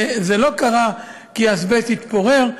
זה לא קרה כי אזבסט התפורר,